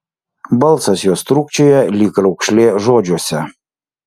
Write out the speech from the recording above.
balsas jos trūkčioja lyg raukšlė žodžiuose